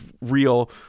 real